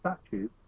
statue